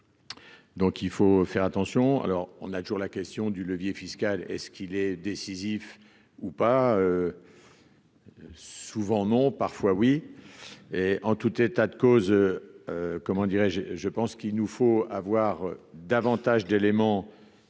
Donc il faut faire attention, alors on a toujours la question du levier fiscal et ce qu'il est décisif ou pas. Souvent non parfois oui, en tout état de cause, comment dirais-je, je pense qu'il nous faut avoir davantage d'éléments